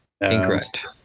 Incorrect